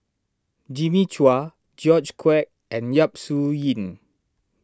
Jimmy Chua George Quek and Yap Su Yin